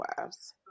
wives